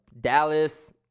Dallas